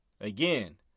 Again